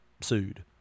sued